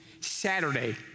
Saturday